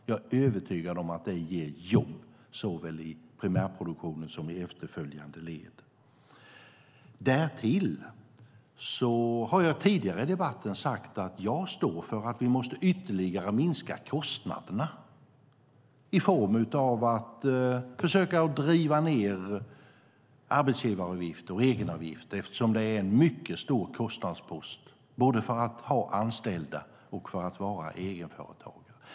Jag är övertygad om att det ger jobb, såväl i primärproduktionen som i efterföljande led. Därtill har jag tidigare i debatten sagt att jag står för att vi måste ytterligare minska kostnaderna genom att försöka driva ned arbetsgivaravgifter och egenavgifter eftersom det är en mycket stor kostnadspost både att ha anställda och att vara egenföretagare.